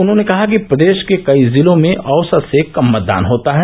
उन्होंने कहा कि प्रदेष के कई जिलों में औसत से कम मतदान होता है